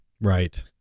right